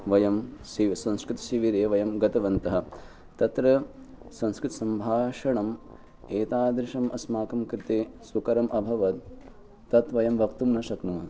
वयं सिव् संस्कृतशिबिरे वयं गतवन्तः तत्र संस्कृते सम्भाषणम् एतादृशम् अस्माकं कृते सुकरम् अभवत् तत् वयं वक्तुं न शक्नुमः